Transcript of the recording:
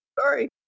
sorry